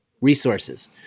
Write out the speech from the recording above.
resources